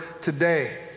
today